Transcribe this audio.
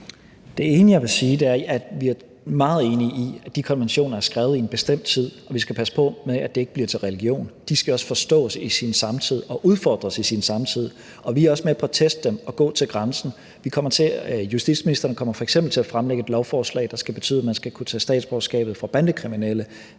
vil sige, er, at vi er meget enige i, at de konventioner er skrevet i en bestemt tid, og at vi skal passe på med, at det ikke bliver til religion. De skal også forstås i deres samtid og udfordres i deres samtid, og vi er også med på at teste dem og gå til grænsen. Justitsministeren kommer f.eks. til at fremsætte et lovforslag, der betyder, at man skal kunne tage statsborgerskabet fra bandekriminelle